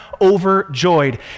overjoyed